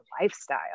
lifestyle